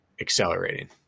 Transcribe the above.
accelerating